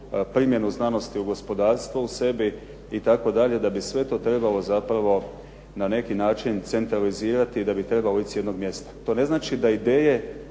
primjenu znanosti gospodarstva u sebi itd., da bi to sve trebalo zapravo na neki način centralizirati i da biti ... jednog mjesta. To ne znači da ideje